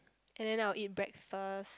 and then I'll eat breakfast